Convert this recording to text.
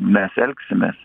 mes elgsimės